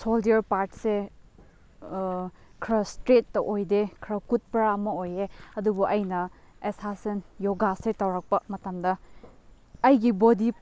shoulder ꯄꯥꯔꯠꯁꯦ ꯈꯔ ꯏꯁꯇ꯭ꯔꯦꯠꯇ ꯑꯣꯏꯗꯦ ꯈꯔ ꯀꯨꯠꯄ꯭ꯔꯥ ꯑꯃ ꯑꯣꯏꯌꯦ ꯑꯗꯨꯕꯨ ꯑꯩꯅ ꯑꯦꯁꯥꯁꯦ ꯌꯣꯒꯥꯁꯦ ꯇꯧꯔꯛꯄ ꯃꯇꯝꯗ ꯑꯩꯒꯤ ꯕꯣꯗꯤ